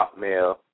Hotmail